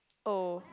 oh